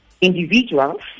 individuals